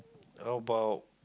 how about